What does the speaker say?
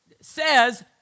says